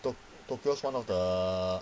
to~ tokyo's one of the